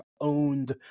owned